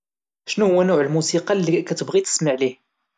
شنوهوا نوع الموسيقى اللي كاتبغي تسمع ليه؟